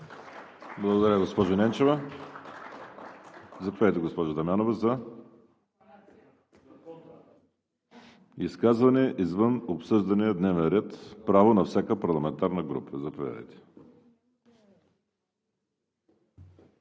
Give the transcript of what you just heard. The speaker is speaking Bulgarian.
Благодаря, госпожо Ненчева. Заповядайте, госпожо Дамянова, за изказване, извън обсъждания дневен ред – право на всяка парламентарна група. МИЛЕНА